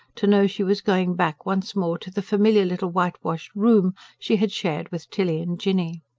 to know she was going back, once more, to the familiar little whitewashed room she had shared with tilly and jinny.